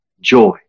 Joy